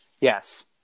Yes